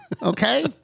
Okay